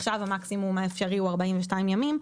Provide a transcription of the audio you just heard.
עכשיו המקסימום האפשרי הוא 42 ימים,